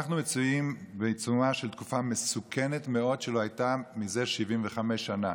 אנחנו מצויים בעיצומה של תקופה מסוכנת מאוד שלא הייתה זה 75 שנה.